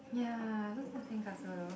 ya also think of sandcastle though